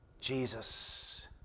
Jesus